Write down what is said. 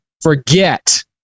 forget